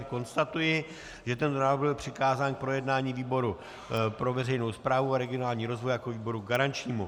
Konstatuji, že tento návrh byl přikázán k projednání výboru pro veřejnou správu a regionální rozvoj jako výboru garančnímu.